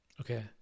Okay